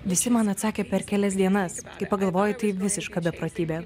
visi man atsakė per kelias dienas kai pagalvoji tai visiška beprotybė